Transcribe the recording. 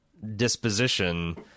disposition